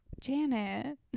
Janet